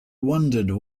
wondered